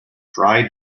pride